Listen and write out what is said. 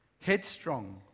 headstrong